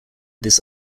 this